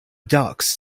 ducks